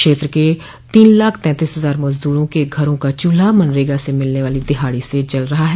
क्षेत्र के तीन लाख तैंतोस हजार मजदूरों के घरों का चूल्हा मनरेगा से मिलने वाली दिहाड़ी से जल रहा है